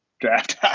draft